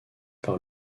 par